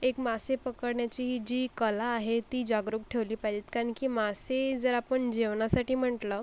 एक मासे पकडण्याची ही जी कला आहे ती जागरूक ठेवली पाएत कारण की मासे जर आपण जेवणासाठी म्हटलं